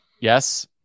Yes